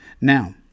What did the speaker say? Now